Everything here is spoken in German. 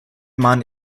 man